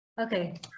Okay